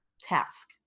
task